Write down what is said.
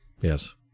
Yes